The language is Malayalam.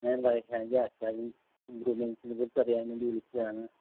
ഞാൻ റെയ്ഹാൻ്റെ അക്കാഡമിക് ഇമ്പ്രൂവ്മെൻ്സിനെ കുറിച്ച് അറിയാൻ വേണ്ടി വിളിച്ചതാണ്